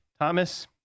Thomas